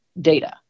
data